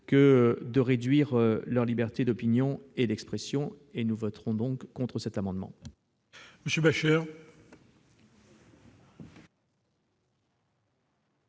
que de réduire leur liberté d'opinion et d'expression. Nous voterons contre cet amendement.